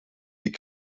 die